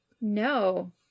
No